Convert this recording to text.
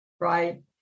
right